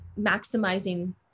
maximizing